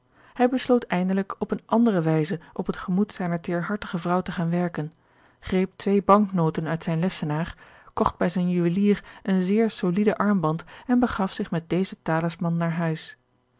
hij besloot eindelijk op eene andere wijze op het gemoed zijner teêrhartige vrouw te gaan werken greep twee banknoten uit zijn lessenaar kocht bij zijn juwelier een zeer solieden armband en begaf zich met dezen talisman naar huis